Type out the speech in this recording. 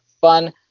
fun